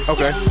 Okay